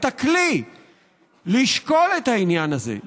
את הכלי לשקול את העניין הזה,